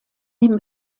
dem